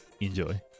enjoy